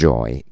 Joy